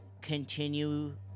continue